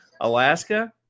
Alaska